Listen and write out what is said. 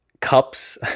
cups